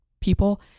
people